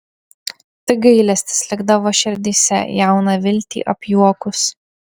tik gailestis likdavo širdyse jauną viltį apjuokus